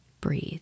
breathe